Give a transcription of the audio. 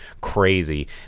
crazy